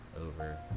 over